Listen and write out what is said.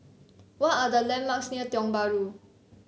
what are the landmarks near Tiong Bahru